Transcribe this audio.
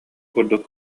курдук